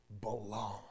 belong